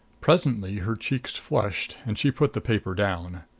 presently her cheeks flushed and she put the paper down.